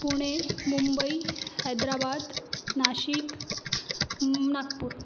Pune Mumbai Hyderabad Nashik Nagpur